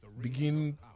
begin